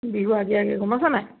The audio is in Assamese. বিহুৰ আগে আগে গম পাইছা নাই